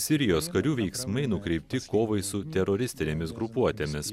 sirijos karių veiksmai nukreipti kovai su teroristinėmis grupuotėmis